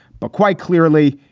but quite clearly,